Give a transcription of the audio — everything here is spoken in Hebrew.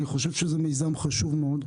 אני חושב שזה מיזם חשוב מאוד.